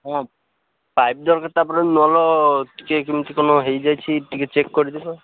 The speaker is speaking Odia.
ହଁ ପାଇପ୍ ଦରକାର ତା ପରେ ନଳ ଟିକେ କେମିତି କ'ଣ ହେଇଯାଇଛି ଟିକେ ଚେକ୍ କରିଦେବ